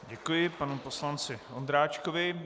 Děkuji panu poslanci Ondráčkovi.